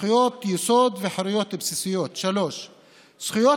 זכויות היסוד והחירויות בסיסיות: 3. "זכויות